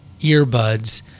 earbuds